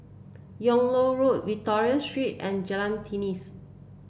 Yung Loh Road Victoria Street and Jalan